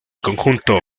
conjunto